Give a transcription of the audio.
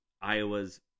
Iowa's